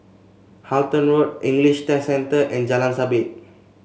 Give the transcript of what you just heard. Halton Road English Test Centre and Jalan Sabit